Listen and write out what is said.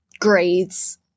grades